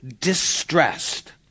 distressed